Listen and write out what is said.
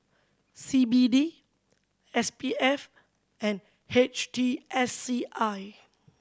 C B D S P F and H T S C I